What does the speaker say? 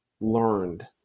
learned